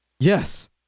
Yes